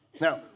Now